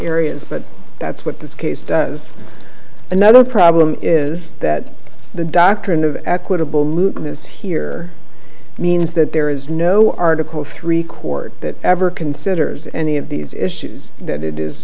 areas but that's what this case does another problem is that the doctrine of equitable luton is here means that there is no article three court that ever considers any of these issues that i